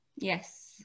Yes